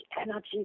energy